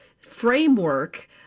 framework